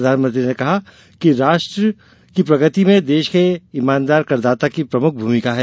प्रधानमंत्री ने कहा कि राष्ट्र की प्रगति में देश के ईमानदार करदाता की प्रमुख भूमिका है